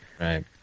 Right